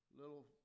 little